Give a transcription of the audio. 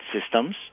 systems